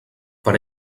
per